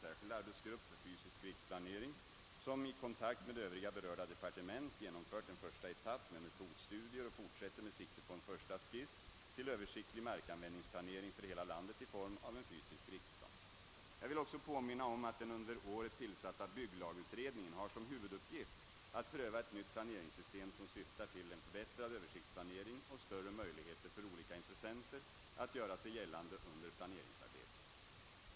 särskild arbetsgrupp för fysisk riksplanering, som i kontakt med övriga berörda departement genomfört en första etapp med metodstudier och fortsätter med sikte på en första skiss till översiktlig markanvändningsplanering för hela landet i form av en fysisk riksplan. Jag vill också påminna om att den under året tillsatta bygglagutredningen har som huvuduppgift att pröva ett nytt planeringssystem som syftar till förbättrad översiktsplanering och. större möjligheter för olika intressenter att göra sig gällande under planeringsarbetet.